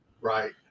Right